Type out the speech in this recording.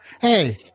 Hey